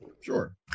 Sure